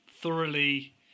thoroughly